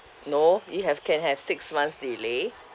no it have can have six months delay